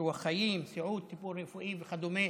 ביטוח חיים, סיעוד, טיפול רפואי וכדומה